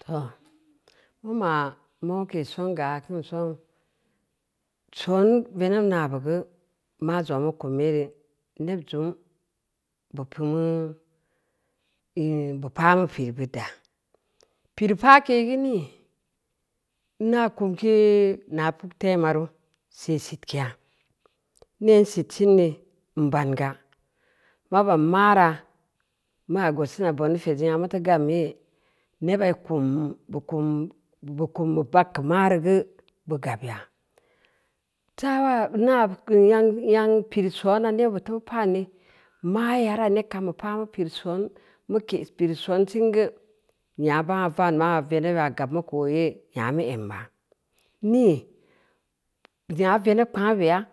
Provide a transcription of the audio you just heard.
Too, mu ma’ mokei song ga akin so, son veneb naabu geu, maa zongna mu kwnu yere, neb zum bu pi’mu hmm bu paa mu pireu bidda, pireu paake geu ni? Na kumkeu zong puk tema ru, se sitkeya, nee n sit sin ne n banga, ma ban maara, mu augustina boniface nyengna muteu gam yee, neba bu kum, bu kum, ba bagkeu mareu geu, bu gabya, taa nengua bu pi’u nyong pireu soona nebbid bu teu paau ne, ma yara neb gam biu paa mu pireu soon, mu ke’ pireu soon singu, nya baregna van maa veneba ba gab mu ken ooye nya mu amma, nii? Veneb kpomgna beya